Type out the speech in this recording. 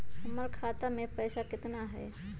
हमर खाता मे पैसा केतना है?